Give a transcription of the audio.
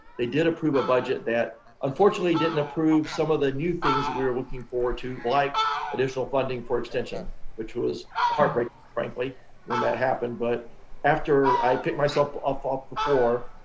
they did approve a budget that unfortunately, didn't approve some of the new things that we were looking forward to, like additional funding for extension which was heartbreaking frankly when that happened. but after i picked myself up off the floor,